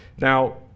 Now